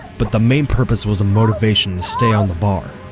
but the main purpose was a motivation to stay on the bar.